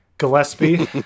Gillespie